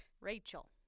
Rachel